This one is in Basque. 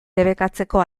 debekatzeko